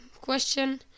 question